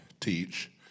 teach